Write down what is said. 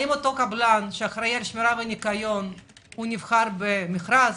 האם אותו קבלן שאחראי על שמירה וניקיון נבחר במכרז?